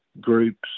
groups